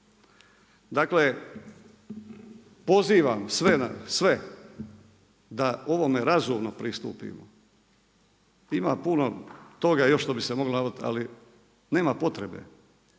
Dakle, pozivam sve da ovome razumno pristupimo, ima puno toga još što bi se moglo navoditi, ali nema potrebe.